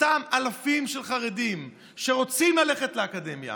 אותם אלפים של חרדים שרוצים ללכת לאקדמיה,